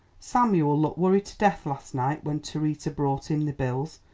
samuel looked worried to death last night when terita brought him the bills.